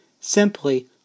simply